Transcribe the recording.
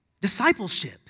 discipleship